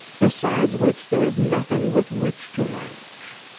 besides which there is nothing with which to merge.